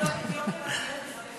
הוא הלך לבדוק את יוקר המחיה בסילואן.